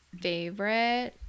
favorite